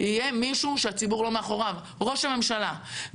יהיה מישהו שהציבור לא מאחוריו, ראש הממשלה.